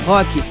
Rock